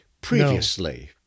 Previously